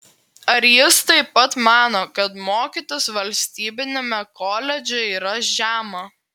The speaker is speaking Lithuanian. ar jis taip pat mano kad mokytis valstybiniame koledže yra žema